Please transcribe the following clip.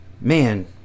man